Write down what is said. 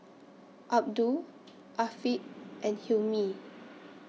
Abdul Afiq and Hilmi